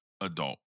adult